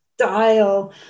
style